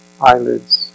eyelids